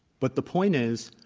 but the point is,